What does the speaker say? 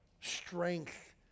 strength